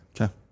Okay